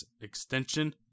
extension